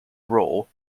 role